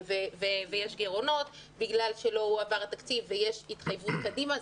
ויש גירעונות בגלל שלא הועבר התקציב ויש התחייבויות קדימה.